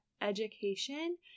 education